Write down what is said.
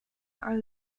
are